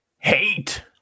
hate